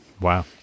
Wow